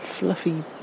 Fluffy